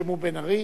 נרשם בן-ארי.